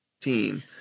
team